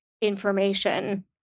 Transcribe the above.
information